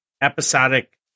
episodic